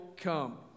come